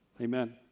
Amen